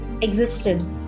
existed